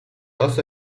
also